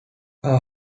are